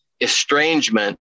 estrangement